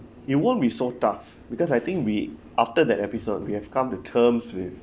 it won't be so tough because I think we after that episode we have come to terms with